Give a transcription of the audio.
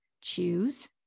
choose